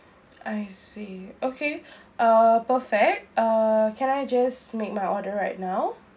I see okay uh prefect uh can I just make my order right now